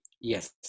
Yes